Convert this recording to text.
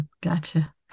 Gotcha